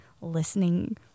listening